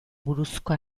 buruzko